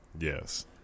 Yes